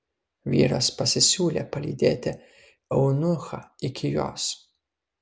vyras pasisiūlė palydėti eunuchą iki jos